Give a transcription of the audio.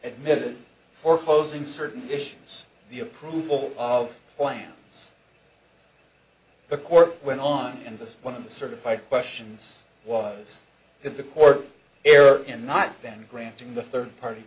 admitted for posing certain issues the approval of plans the court went on and this one of the certified questions was if the court err in not then granting the third party